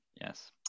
Yes